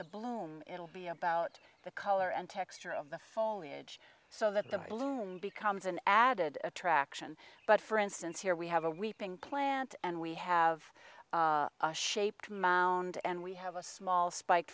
the bloom it'll be about the color and texture of the foamy edge so that the bloom becomes an added attraction but for instance here we have a weeping plant and we have a shaped mound and we have a small spike